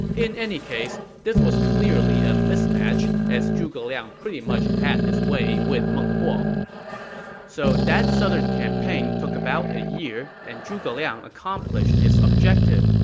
in any case, this was clearly a mismatch, as zhuge liang pretty much had his way with meng huo so that southern campaign took about a year, and zhuge liang accomplished his objective,